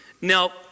Now